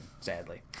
sadly